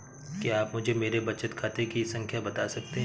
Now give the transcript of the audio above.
क्या आप मुझे मेरे बचत खाते की खाता संख्या बता सकते हैं?